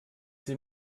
sie